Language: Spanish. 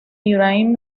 ibrahim